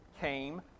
came